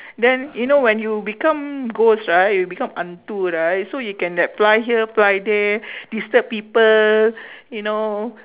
then you know when you become ghost right you become hantu right so you can like fly here fly there disturb people you know